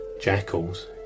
jackals